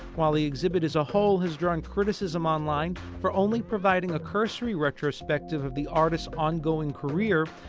while the exhibit as a whole has drawn criticism online for only providing a cursory retrospective of the artist ongoing career,